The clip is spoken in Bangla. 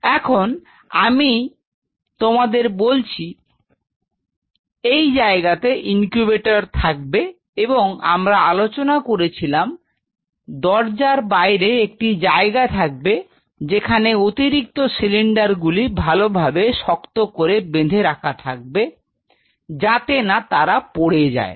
এখন আমি তোমাদের বলেছি এই জায়গাতে ইনকিউবেটর থাকবে এবং আমরা আলোচনা করেছিলাম দরজার বাইরে একটি জায়গা থাকবে যেখানে অতিরিক্ত সিলিন্ডার গুলি ভালোভাবে শক্ত করে বেঁধে রাখা থাকবে যাতে না তারা পড়ে যায়